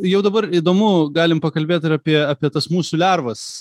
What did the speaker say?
jau dabar įdomu galim pakalbėt ir apie apie tas musių lervas